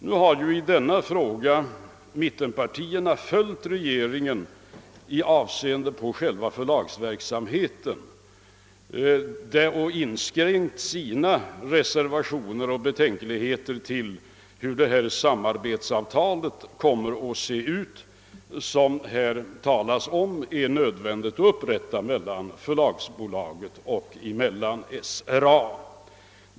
Nu har mittenpartierna följt regeringen i avseende på själva förlagsverksamheten och inskränkt sina betänkligheter och reservationer till hur det samarbetsavtal skall se ut, som är nödvändigt att upprätta mellan förlagsbolaget och SRA.